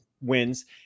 wins